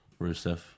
Rusev